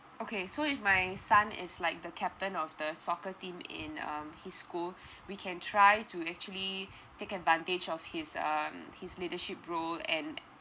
okay so if my son is like the captain of the soccer team in um his school we can try to actually take advantage of his um his leadership role and